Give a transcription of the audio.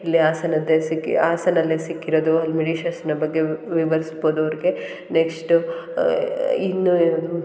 ಇಲ್ಲಿ ಹಾಸನದ್ದೇ ಸಿಕ್ಕಿ ಹಾಸನಲ್ಲೇ ಸಿಕ್ಕಿರೋದು ಹಲ್ಮಿಡಿ ಶಾಸನ ಬಗ್ಗೆ ವಿವರ್ಸ್ಬೋದು ಅವ್ರಿಗೆ ನೆಕ್ಸ್ಟ್ ಇನ್ನು ಅದು